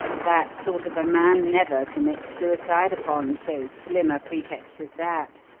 that sort of a man never commits suicide upon so slim a pretext as that.